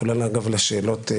כולל לענות על שאלות.